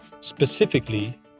Specifically